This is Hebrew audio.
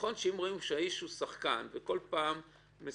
נכון שאם רואים שהאיש הוא שחקן, וכל פעם משחק,